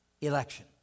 election